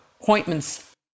appointments